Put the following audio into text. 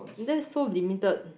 that is so limited